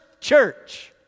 church